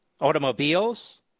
automobiles